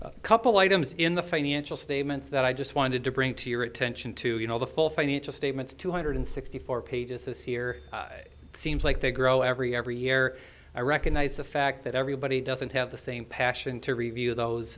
a couple items in the financial statements that i just wanted to bring to your attention to you know the full financial statements two hundred sixty four pages this year seems like they grow every every year i recognize the fact that everybody doesn't have the same passion to review those